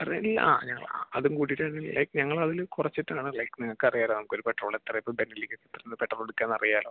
ആ ഞങ്ങൾ ആ അതും കൂട്ടീട്ടാണ് ലൈക് ഞങ്ങളതിൽ കുറച്ചിട്ടാണ് ലൈക് നിങ്ങക്കറിയാലോ നമുക്ക് ഒരു പെട്രോളിന് എത്ര രൂപക്കാ ലിറ്ററിന് പെട്രോൾ കിട്ടുകാന്നറിയാല്ലോ